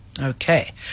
Okay